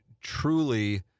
truly